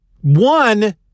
One